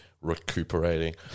recuperating